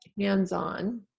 hands-on